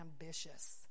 ambitious